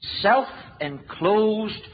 self-enclosed